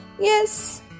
Yes